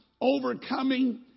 overcoming